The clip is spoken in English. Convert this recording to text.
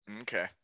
Okay